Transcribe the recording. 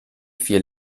vier